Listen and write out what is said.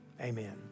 Amen